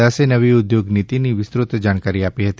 દાસે નવી ઉદ્યોગનીતિની વિસ્તૃત જાણકારી આપી હતી